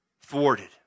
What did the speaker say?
thwarted